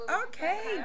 okay